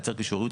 לייצר קישוריות,